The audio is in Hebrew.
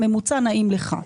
בממוצע נעים לך.